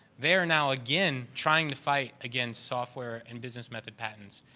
they are now again trying to fight against software and business method patents.